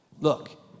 Look